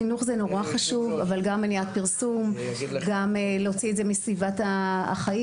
חינוך זה נורא חשוב אבל גם מניעת פרסום וגם להוציא את זה מסביבת החיים.